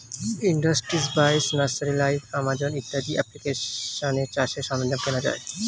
industry বাইশ, nursery live, Amazon ইত্যাদি অ্যাপ্লিকেশানে চাষের সরঞ্জাম কেনা যায়